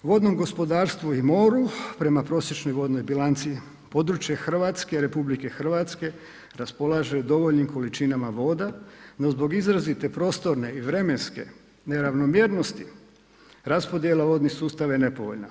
Vodnom gospodarstvu i moru prema prosječnoj vodnoj bilanci područje Hrvatske, RH, raspolaže dovoljnim količinama voda, no zbog izrazite prostorne i vremenske neravnomjernosti raspodjela vodnih sustava je nepovoljna.